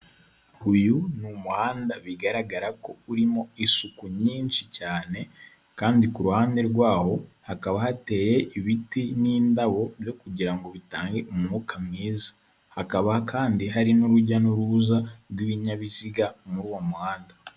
Uyu ni umuhanda bigaragara ko urimo isuku nyinshi cyane kandi ku ruhande rwawo hakaba hateye ibiti n'indabo byo kugira bitange umwuka mwiza, hakaba kandi hari n'urujya n'uruza rw'ibinyabiziga muri uwo muhanda.